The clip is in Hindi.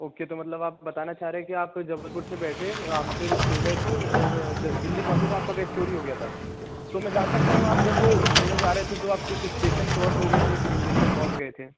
ओके तो मतलब आप बताना चाह रहे हैं कि आप जबलपुर से बैठे आप फिर सो गए थे और द दिल्ली पहुँचे तो आपका बैग चोरी हो गया था तो मैं जान सकता हूँ आप जब सोने जा रहे थे तो आप किस स्टेशन क्रॉस हो गए थे किस स्टेशन पहुँच गए थे